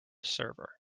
server